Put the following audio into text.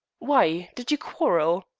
why? did you quarrel?